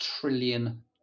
trillion